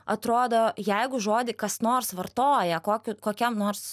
atrodo jeigu žodį kas nors vartoja kokiu kokiam nors